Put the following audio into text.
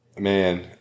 Man